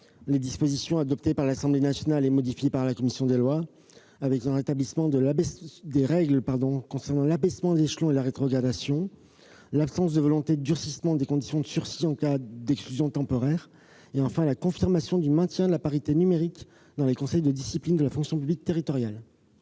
les dispositions adoptées par l'Assemblée nationale et modifiées par la commission des lois du Sénat, à savoir les règles relatives à l'abaissement d'échelon et à la rétrogradation, l'absence de volonté de durcissement des conditions de sursis en cas d'exclusion temporaire, la confirmation du maintien de la parité numérique dans les conseils de discipline de la fonction publique territoriale.